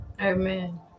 Amen